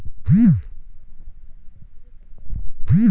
शालेय शिक्षणासाठी अंदाजे किती कर्ज मिळेल?